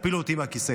תפילו אותי מהכיסא.